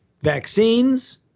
vaccines